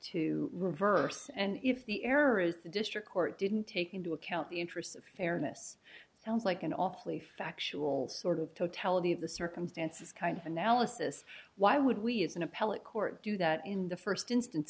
to reverse and if the errors district court didn't take into account the interests of fairness sounds like an awfully factual sort of totality of the circumstances kind of analysis why would we as an appellate court do that in the first instance